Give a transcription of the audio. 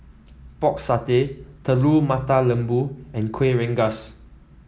Pork Satay Telur Mata Lembu and Kuih Rengas